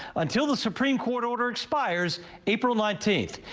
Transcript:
until the supreme court order expires april nineteenth.